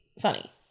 funny